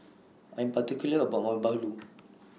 I Am particular about Our Bahulu